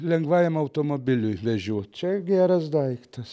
lengvajam automobiliui vežiot čia geras daiktas